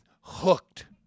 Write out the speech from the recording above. hooked